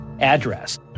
address